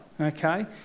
okay